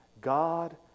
God